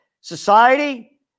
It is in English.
society